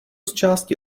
zčásti